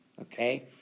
Okay